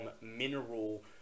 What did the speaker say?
mineral